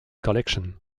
collection